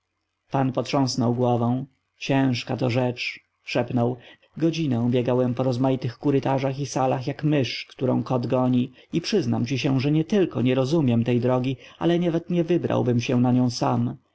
potrząsnął głową ciężka to rzecz szepnął godzinę biegałem po rozmaitych korytarzach i salach jak mysz którą kot goni i przyznam ci się że nietylko nie rozumiem tej drogi ale nawet nie wybrałbym się na nią sam